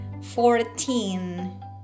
fourteen